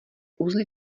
uzly